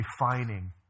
refining